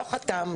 לא חתם.